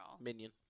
Minion